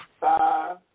five